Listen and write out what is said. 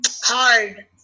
hard